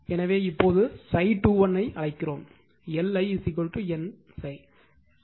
எனவே இப்போதே ∅21 ஐ அழைக்கிறோம் L I N ∅ முன்பே தெரியும்